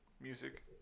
music